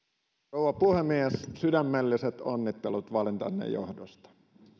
rouva puhemies sydämelliset onnittelut valintanne johdosta